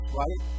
right